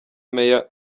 major